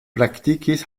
praktikis